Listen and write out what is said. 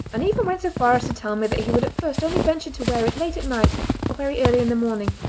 and even went so far as to tell me that he would at first only venture to wear it late at night or very early in the morning,